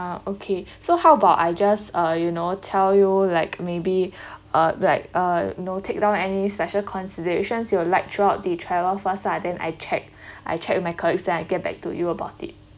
uh okay so how about I just uh you know tell you like maybe uh like uh you know take down any special considerations you'd like throughout the travel first lah then I check I check with my colleagues then I get back to you about it